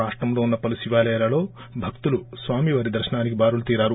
రాష్టంలో ఉన్న పలు శివాలయాలలో భక్తులు స్నామివారి దర్శనానికి బారులు తీరారు